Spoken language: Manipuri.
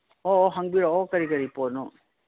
ꯑꯣ ꯍꯪꯕꯤꯔꯛꯑꯣ ꯀꯔꯤ ꯀꯔꯤ ꯄꯣꯠꯅꯣ